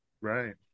Right